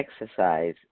exercise